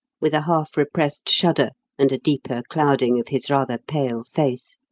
with a half-repressed shudder and a deeper clouding of his rather pale face.